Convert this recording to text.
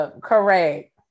Correct